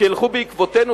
שילכו בעקבותינו,